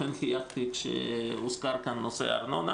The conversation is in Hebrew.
לכן חייכתי כשהוזכר פה נושא הארנונה.